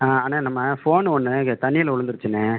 அண்ணா நம்ம ஃபோன் ஒன்று இங்கே தண்ணியில் விழுந்துருச்சுண்ணே